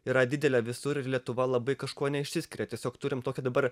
yra didelė visur ir lietuva labai kažkuo neišsiskiria tiesiog turim tokią dabar